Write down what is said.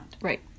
Right